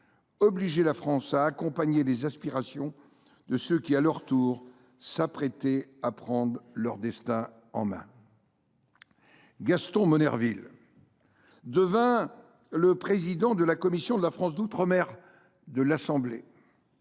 obligeait la France à accompagner les aspirations de ceux qui, à leur tour, s’apprêtaient à prendre leur destin en main. Gaston Monnerville devint le président de la commission de la France d’outre mer de l’Assemblée